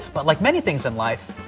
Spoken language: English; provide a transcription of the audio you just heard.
but like many things in life,